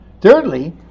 Thirdly